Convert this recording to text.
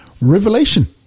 Revelation